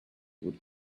would